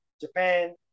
Japan